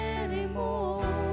anymore